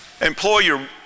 Employer